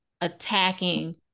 attacking